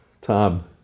Tom